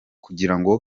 kugaragaza